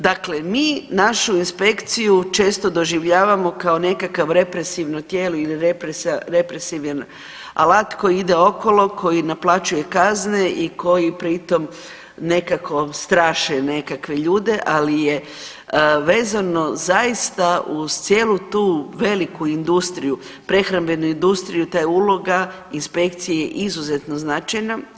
Dakle mi našu inspekciju često doživljavamo kao nekakav represivno tijelo ili represivni alat koji ide okolo, koji naplaćuje kazne i koji pritom nekako straše nekakve ljude, ali je vezano zaista uz cijelu tu veliku industriju, prehrambenu industriju, to je uloga inspekcije je izuzetno značajna.